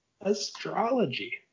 Astrology